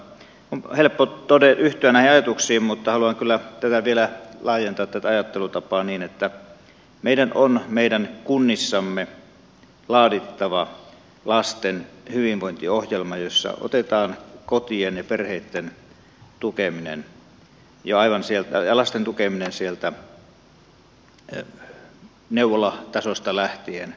on helppo yhtyä näihin ajatuksiin mutta haluan kyllä tätä ajattelutapaa vielä laajentaa niin että meidän on meidän kunnissamme laadittava lasten hyvinvointiohjelma jossa otetaan kotien ja perheitten tukeminen ja lasten tukeminen jo aivan siellä neuvolatasosta lähtien